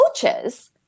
coaches